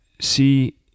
see